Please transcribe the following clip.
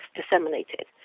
disseminated